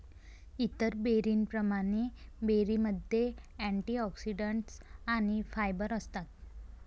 इतर बेरींप्रमाणे, बेरीमध्ये अँटिऑक्सिडंट्स आणि फायबर असतात